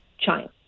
China